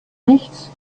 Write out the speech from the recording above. nichts